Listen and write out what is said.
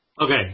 Okay